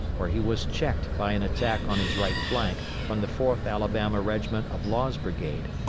where he was checked by an attack on his right flank from the fourth alabama regiment of law's brigade,